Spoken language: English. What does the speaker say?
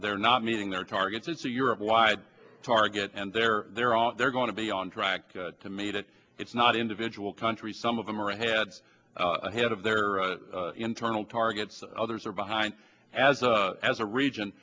they're not meeting their targets it's a europe wide target and they're they're all they're going to be on track to meet it it's not individual countries some of them are ahead ahead of their internal targets others are behind as a as a region